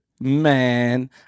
man